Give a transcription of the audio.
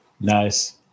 nice